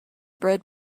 bred